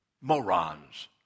morons